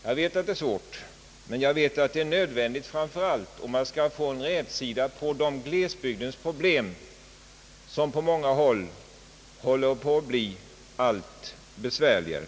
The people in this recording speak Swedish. Jag vet att det är svårt, men det är nödvändigt framför allt om man skall komma till rätta med de glesbygdsproblem som på många håll håller på att bli allt besvärligare.